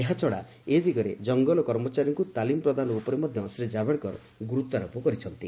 ଏହାଛଡ଼ା ଏ ଦିଗରେ ଜଙ୍ଗଲ କର୍ମଚାରୀଙ୍କୁ ତାଲିମ ପ୍ରଦାନ ଉପରେ ମଧ୍ୟ ଶ୍ରୀ ଜାଭଡେକର ଗୁରୁତ୍ୱାରୋପ କରିଛନ୍ତି